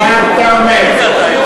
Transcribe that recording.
מה אתה אומר?